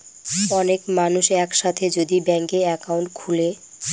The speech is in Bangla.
অনেক মানুষ এক সাথে যদি ব্যাংকে একাউন্ট খুলে